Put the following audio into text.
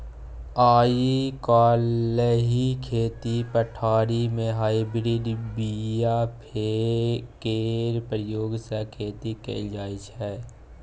आइ काल्हि खेती पथारी मे हाइब्रिड बीया केर प्रयोग सँ खेती कएल जाइत छै